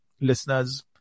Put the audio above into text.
listeners